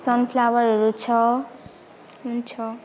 सनफ्लावरहरू छ हुन्छ